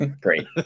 great